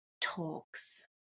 talks